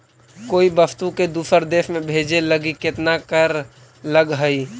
कोई वस्तु के दूसर देश में भेजे लगी केतना कर लगऽ हइ?